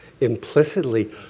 Implicitly